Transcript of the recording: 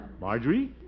Marjorie